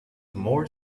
more